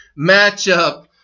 matchup